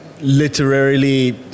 literarily